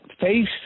face